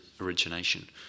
origination